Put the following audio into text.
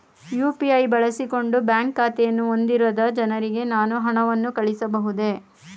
UPI ಬಳಸಿಕೊಂಡು bank ಖಾತೆಯನ್ನು ಹೊಂದಿರದ ಜನರಿಗೆ ನಾನು ಹಣವನ್ನು ಕಳುಹಿಸಬಹುದೇ?